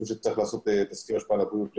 שצריך לעשות תסקיר השפעה על הבריאות לגביהם.